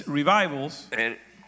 revivals